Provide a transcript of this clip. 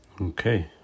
okay